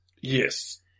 Yes